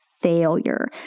failure